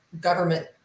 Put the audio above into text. government